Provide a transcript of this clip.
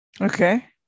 Okay